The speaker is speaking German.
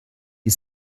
die